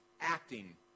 acting